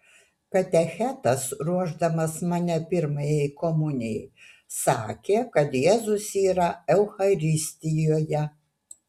katechetas ruošdamas mane pirmajai komunijai sakė kad jėzus yra eucharistijoje